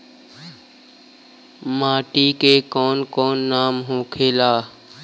माटी के कौन कौन नाम होखे ला?